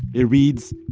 it reads,